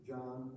John